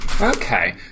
Okay